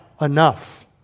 enough